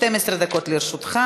12 דקות לרשותך.